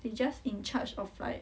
they just in charge of like